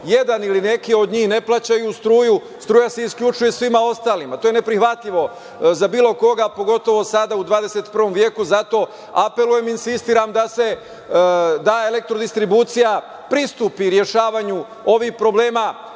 jedan ili neki od njih ne plaćaju struju, struja se isključuje svima ostalima. To je neprihvatljivo za bilo koga, pogotovo sada u 21. veku. Zato apelujem i insistiram da Elektrodistribucija pristupi rešavanju ovih problema